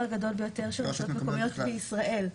הגדול ביותר של רשויות מקומיות בישראל.